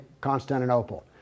Constantinople